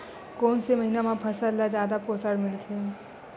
कोन से महीना म फसल ल जादा पोषण मिलथे?